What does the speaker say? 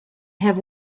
have